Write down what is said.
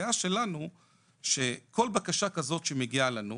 הבעיה שלנו שכל בקשה כזאת שמגיעה לנו,